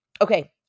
Okay